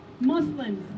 Muslims